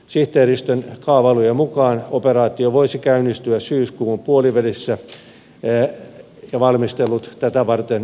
sihteeristön kaavailujen mukaan operaatio voisi käynnistyä syyskuun puolivälissä ja valmistelut tätä varten jatkuvat